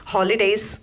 Holidays